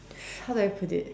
how do I put it